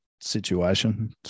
situation